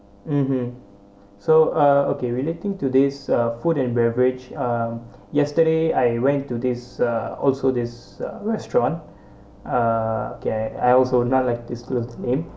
mmhmm so uh okay relating today's uh food and beverage uh yesterday I went to this uh also this uh restaurant uh okay I also not like disclose the name